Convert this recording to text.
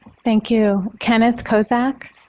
thank you. kenneth kozak.